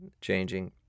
changing